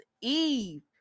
Eve